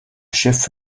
chef